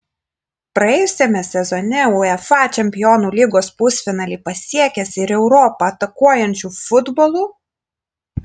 praėjusiame sezone uefa čempionų lygos pusfinalį pasiekęs ir europą atakuojančiu futbolu